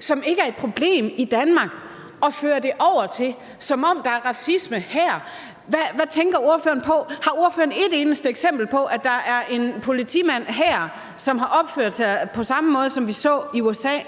som ikke er et problem i Danmark, og fører det over til, at der skulle være racisme her. Hvad tænker ordføreren på? Har ordføreren et eneste eksempel på, at der er en politimand her, som har opført sig på samme måde, som vi så i USA?